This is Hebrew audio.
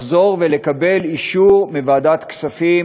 לחזור לקבל אישור מוועדת כספים